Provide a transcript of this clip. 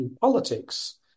politics